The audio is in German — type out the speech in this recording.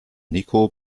niko